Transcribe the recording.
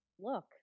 look